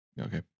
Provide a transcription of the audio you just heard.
Okay